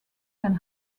can